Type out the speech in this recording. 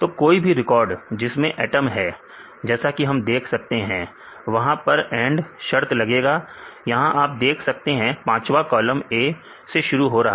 तो कोई भी रिकॉर्ड जिसमें एटम है जैसा कि हम देख सकते हैं वहां पर एंड शर्त लगेगा यहां आप देख सकते हैं पांचवा कॉलम A से शुरू हो रहा है